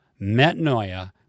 metanoia